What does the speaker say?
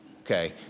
Okay